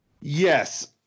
Yes